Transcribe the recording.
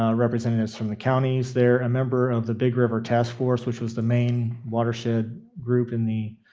um representatives from the counties there, a member of the big river taskforce, which was the main watershed group in the